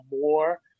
more